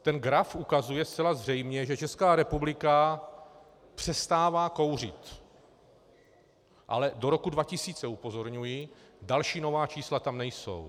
Ten graf ukazuje zcela zřejmě, že Česká republika přestává kouřit, ale do roku 2000, upozorňuji, další, nová čísla tam nejsou.